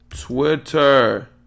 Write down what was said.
Twitter